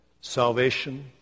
salvation